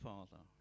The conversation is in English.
Father